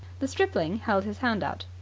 the stripling held his hand out.